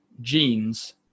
genes